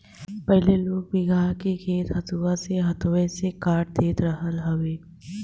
पहिले लोग बीघहा के खेत हंसुआ से हाथवे से काट देत रहल हवे